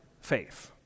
faith